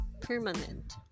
permanent